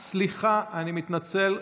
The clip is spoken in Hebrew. סליחה, אני מתנצל.